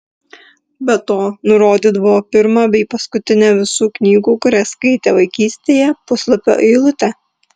be to nurodydavo pirmą bei paskutinę visų knygų kurias skaitė vaikystėje puslapio eilutę